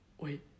Wait